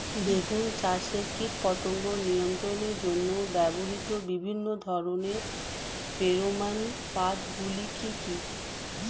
বেগুন চাষে কীটপতঙ্গ নিয়ন্ত্রণের জন্য ব্যবহৃত বিভিন্ন ধরনের ফেরোমান ফাঁদ গুলি কি কি?